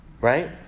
Right